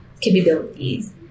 capabilities